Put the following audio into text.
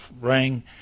rang